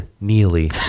Neely